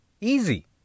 Easy